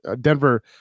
Denver